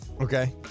Okay